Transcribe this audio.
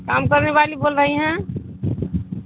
کام کرنے والی بول رہی ہیں